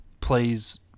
plays